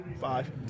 five